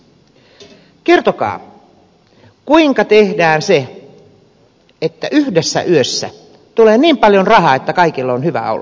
kertokaa kuinka tehdään se että yhdessä yössä tulee niin paljon rahaa että kaikilla on hyvä olla